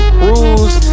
cruise